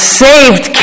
saved